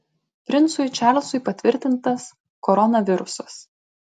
princui čarlzui patvirtintas koronavirusas